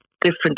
different